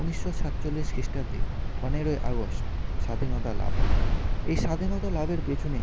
ঊনিশশো সাতচল্লিশ খ্রিস্টাব্দে পনেরোই আগষ্ট স্বাধীনতা লাভ এই স্বাধীনতা লাভের পেছনে